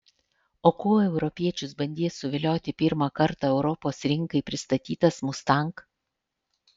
o kuo europiečius bandys suvilioti pirmą kartą europos rinkai pristatytas mustang